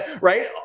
right